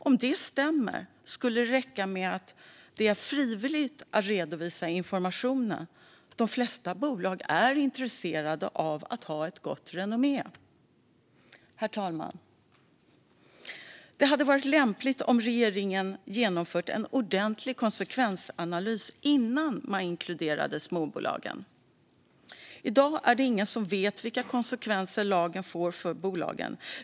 Om det stämmer skulle det räcka med att det är frivilligt att redovisa informationen. De flesta bolag är intresserade av att ha ett gott renommé. Herr talman! Det hade varit lämpligt om regeringen hade genomfört en ordentlig konsekvensanalys innan man inkluderade småbolagen. I dag är det ingen som vet vilka konsekvenser lagen får för bolagen.